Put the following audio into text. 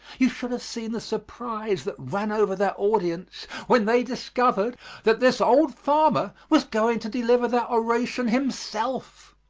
you should have seen the surprise that ran over that audience when they discovered that this old farmer was going to deliver that oration himself.